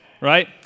right